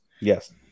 Yes